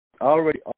already